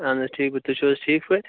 اَہَن حظ ٹھیٖک پٲٹھۍ تُہۍ چھِو حظ ٹھیٖک پٲٹھۍ